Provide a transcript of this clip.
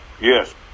Yes